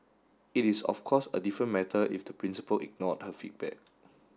it is of course a different matter if the principal ignored her feedback